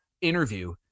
interview